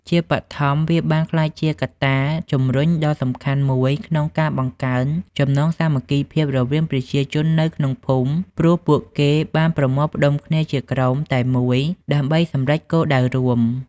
ជាបឋម វាបានក្លាយជាកត្តាជំរុញដ៏សំខាន់មួយក្នុងការបង្កើន ចំណងសាមគ្គីភាព រវាងប្រជាជននៅក្នុងភូមិ ព្រោះពួកគេបានប្រមូលផ្តុំគ្នាជាក្រុមតែមួយដើម្បីសម្រេចគោលដៅរួម។